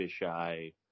fisheye